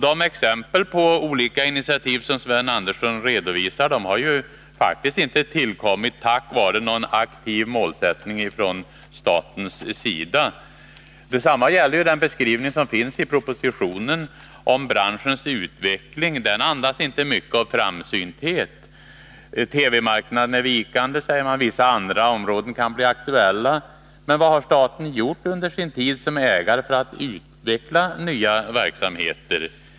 Det exempel på olika initiativ som Sven Andersson redovisat har ju faktiskt inte tillkommit tack vare någon aktiv målsättning från statens sida. Detsamma gäller den beskrivning som finns i propositionen om branschens utveckling. Den andas inte mycket av framsynthet. TV-marknaden är vikande, vissa områden kan bli aktuella, säger man. Men vad har staten gjort under sin tid som ägare för att utveckla nya verksamheter?